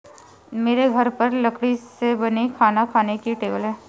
मेरे घर पर लकड़ी से बनी खाना खाने की टेबल है